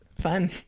fun